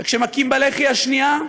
וכשמכים בלחי השנייה,